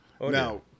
Now